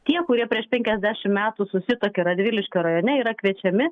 tie kurie prieš penkiasdešimt metų susituokė radviliškio rajone yra kviečiami